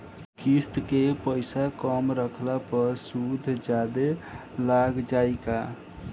किश्त के पैसा कम रखला पर सूद जादे लाग जायी का?